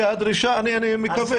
אני מקווה.